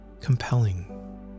compelling